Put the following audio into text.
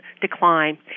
decline